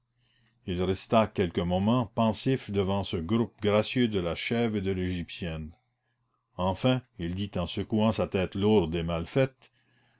il resta quelques moments pensif devant ce groupe gracieux de la chèvre et de l'égyptienne enfin il dit en secouant sa tête lourde et mal faite